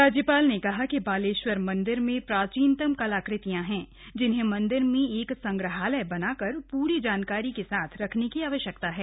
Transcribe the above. राज्यपाल ने कहा कि बालेश्वर मंदिर में प्राचीनतम कलाकृतियां हैं जिन्हें मंदिर में एक संग्रहालय बनाकर पूरी जानकारी के साथ रखने की आवश्यकता है